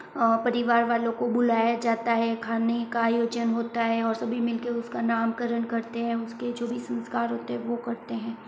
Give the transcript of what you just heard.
परिवार वालों को बुलाया जाता है खाने का आयोजन होता है और सभी मिलके उसका नामकरण करते हैं उसके जो भी संस्कार होते हैं वो करते हैं